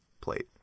plate